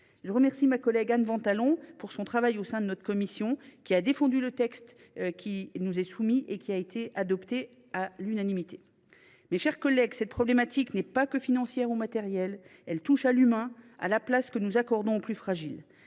Je remercie Anne Ventalon de son travail au sein de notre commission. Elle a défendu le texte qui nous est soumis et que nous avons adopté à l’unanimité. Mes chers collègues, la problématique en jeu n’est pas seulement financière ou matérielle : elle touche à l’humain, à la place que nous accordons aux plus fragiles.